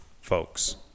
folks